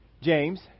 James